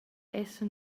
essan